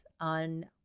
on